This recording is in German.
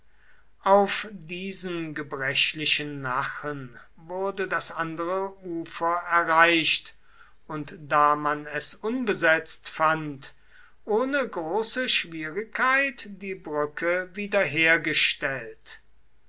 auf diesen gebrechlichen nachen wurde das andere ufer erreicht und da man es unbesetzt fand ohne große schwierigkeit die brücke wiederhergestellt